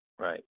right